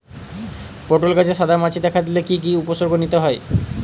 পটল গাছে সাদা মাছি দেখা দিলে কি কি উপসর্গ নিতে হয়?